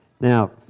Now